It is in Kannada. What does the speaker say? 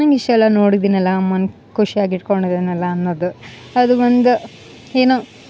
ನಂಗ ಇಷ್ಟೆಲ್ಲ ನೋಡಿದಿನಲ್ಲ ಅಮ್ಮನ ಖುಷಿಯಾಗ್ ಇಡ್ಕೊಂಡಿದಿನಲ್ಲ ಅನ್ನದು ಅದು ಬಂದು ಏನೊ